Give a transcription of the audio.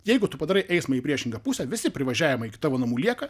jeigu tu padarai eismą į priešingą pusę visi privažiavimai iki tavo namų lieka